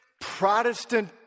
Protestant